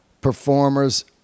performers